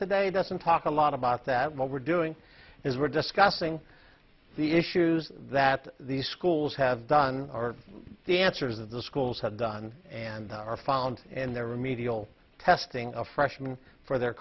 today doesn't talk a lot about that what we're doing is we're discussing the issues that the schools have done or the answers that the schools have done and are found in their remedial testing a freshman for their